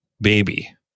baby